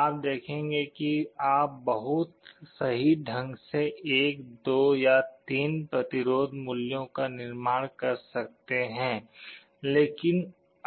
आप देखेंगे कि आप बहुत सही ढंग से 1 2 या 3 प्रतिरोध मूल्यों का निर्माण कर सकते हैं लेकिन